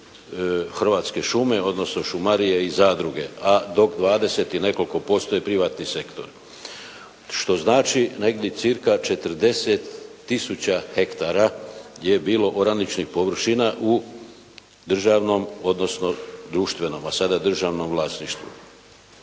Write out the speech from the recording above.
Hrvatske šume, odnosno šumarije i zadruge, a dok 20 i nekoliko posto je privatni sektor. Što znači negdje cca. 40 tisuća hektara je bilo oraničnih površina u državnom, odnosno društvenom a sada državnom vlasništvu.